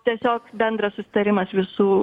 tiesiog bendras susitarimas visų